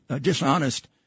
dishonest